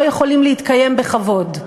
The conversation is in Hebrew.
לא יכולים להתקיים בכבוד.